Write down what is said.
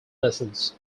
lessons